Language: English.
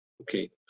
Okay